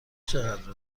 چقدر